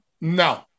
No